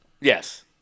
Yes